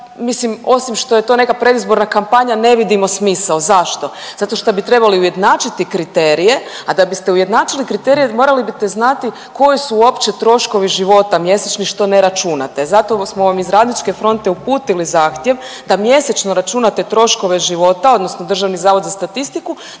mislim, osim to je to neka predizborna kampanja, ne vidimo smisao. Zašto? Zato šta bi trebali ujednačiti kriterije, a da biste ujednačili kriterije, morali bi znati koji su uopće troškovi života mjesečni što ne računate. Zato smo vam iz Radničke fronte uputili zahtjev da mjesečno računate troškove života, odnosno Državni zavod za statistiku,